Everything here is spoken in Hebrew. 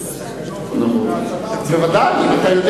תקנות, בוודאי.